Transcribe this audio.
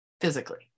physically